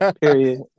period